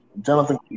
Jonathan